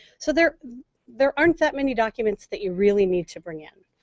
so there there aren't that many documents that you really need to bring in.